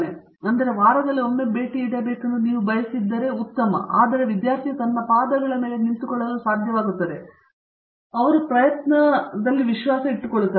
ಆದುದರಿಂದ ಒಂದು ವಾರದಲ್ಲಿ ಒಮ್ಮೆ ಭೇಟಿ ಇಡಬೇಕೆಂದು ನೀವು ಬಯಸಿದರೆ ಉತ್ತಮವಾದದ್ದು ಆದರೆ ವಿದ್ಯಾರ್ಥಿಯು ತನ್ನ ಪಾದಗಳ ಮೇಲೆ ನಿಂತುಕೊಳ್ಳಲು ಸಾಧ್ಯವಾಗುತ್ತದೆ ಏಕೆಂದರೆ ಅವರು ಪ್ರಯತ್ನಗಳಲ್ಲಿ ಇಟ್ಟುಕೊಳ್ಳುತ್ತಾರೆ